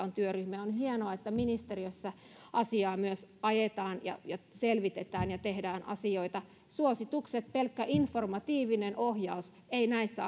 on työryhmä ja on hienoa että ministeriössä asiaa myös ajetaan ja ja selvitetään ja tehdään asioita suositukset pelkkä informatiivinen ohjaus ei näissä